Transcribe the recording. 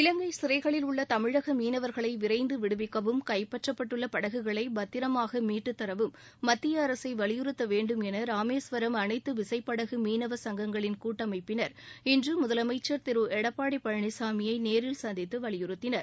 இலங்கை சிறைகளில் உள்ள தமிழக மீனவர்களை விரைந்து விடுவிக்கவும் கைப்பற்றப்பட்டுள்ள படகுகளை பத்திரமாக மீட்டுத்தரவும் மத்திய அரசை வலியுறுத்த வேண்டும் என ராமேஸ்வரம் அனைத்து விசைப் படகு மீனவ சங்கங்களின் கூட்டமைப்பினர் இன்று முதலமைச்சர் திரு எடப்பாடி பழனிசாமியை நேரில் சந்தித்து வலியுறுத்தினர்